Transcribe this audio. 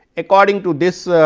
according, to this ah